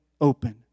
open